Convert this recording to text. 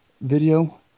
video